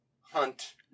hunt